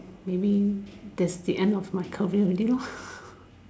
maybe that's the end of my career already lor